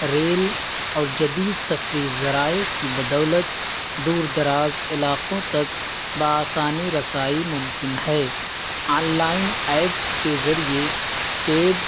rail اور جدید سفری ذرائع کی بدولت دور دراز علاقوں تک بآسانی رسائی ممکن ہے آن لائن ایپس کے ذریعے کیب